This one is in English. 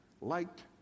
liked